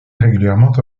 régulièrement